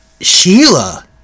Sheila